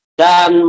dan